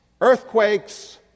earthquakes